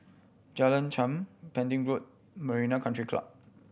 Jalan Chengam Pending Road Marina Country Club